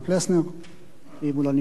אם הוא לא נמצא, אז רוני בר-און, לא נמצא,